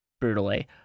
brutally